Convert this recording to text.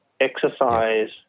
exercise